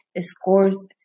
scores